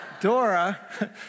Dora